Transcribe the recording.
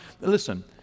Listen